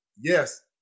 Yes